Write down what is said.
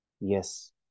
yes